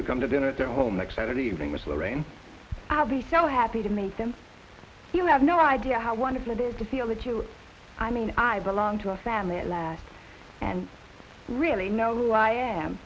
you come to dinner at their home next saturday evening with lorraine i'll be so happy to meet them you have no idea how wonderful it is to feel that you i mean i belong to a family at last and really know who i am